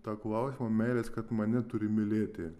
to klausimo meilės kad mane turi mylėti